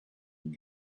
and